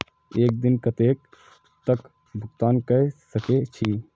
एक दिन में कतेक तक भुगतान कै सके छी